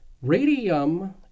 Radium